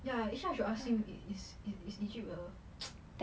ya actually I should ask him it is it is egpyt a